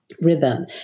rhythm